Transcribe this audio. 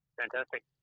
fantastic